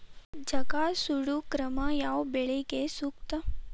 ಜಗಾ ಸುಡು ಕ್ರಮ ಯಾವ ಬೆಳಿಗೆ ಸೂಕ್ತ?